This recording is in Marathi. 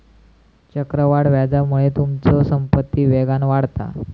चक्रवाढ व्याजामुळे तुमचो संपत्ती वेगान वाढता